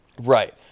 right